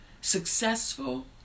successful